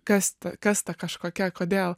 kas kas ta kažkokia kodėl